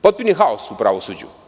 Potpuni je haos u pravosuđu.